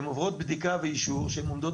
הן עוברות בדיקה ואישור שהן עומדות